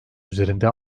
üzerinde